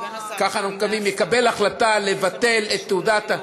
כך אנחנו מקווים, יקבל החלטה לבטל את תעודת,